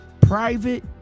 private